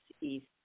East